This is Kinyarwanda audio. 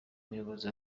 muyobozi